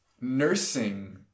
nursing